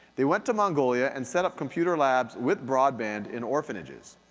they went to mongolia and set up computer labs, with broadband, in orphanages.